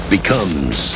becomes